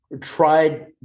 tried